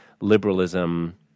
liberalism